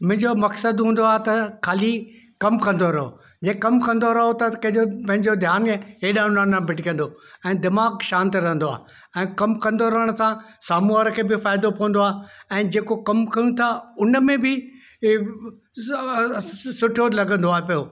मुंहिंजो मक़सदु हूंदो आहे त ख़ाली कमु कंदो रहो जे कमु कंदो रहो त कंहिंजो पंहिंजो ध्यानु हेॾो नो न भटकंदो ऐं दिमाग़ु शांति रहंदो आहे ऐं कमु कंदो रहण सां साम्हूं वारे खे बि फ़ाइदो पवंदो आहे ऐं जेको कमु कयूं था उन में बि सुठो लॻंदो आहे पियो